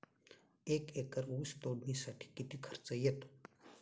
एक एकर ऊस तोडणीसाठी किती खर्च येतो?